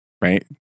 right